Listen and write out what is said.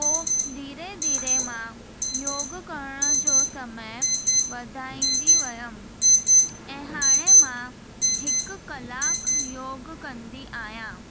पोइ धीरे धीरे मां योग करण जो समय वधाईंदी वयमि ऐं हाणे मां हिकु कलाकु योग कंदी आहियां